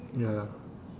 ya